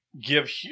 give